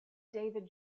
david